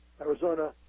Arizona